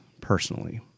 personally